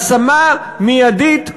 השמה מיידית,